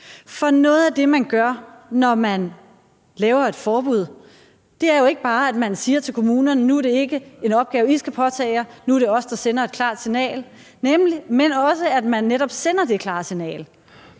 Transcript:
For noget af det, man gør, når man laver et forbud, er jo ikke bare, at man siger til kommunerne, at nu er det ikke en opgave, de skal påtage sig, nu er det os, der sender et klart signal; men også at man netop sender det klare signal